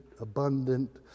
abundant